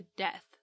death